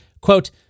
quote